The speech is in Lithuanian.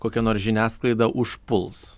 kokia nors žiniasklaida užpuls